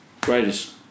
Greatest